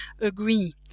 agree